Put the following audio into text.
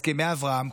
הסכמי אברהם,